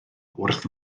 wrth